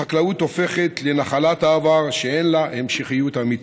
החקלאות הופכת לנחלת העבר, אין לה המשכיות אמיתית.